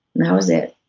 that was it.